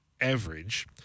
average